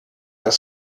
das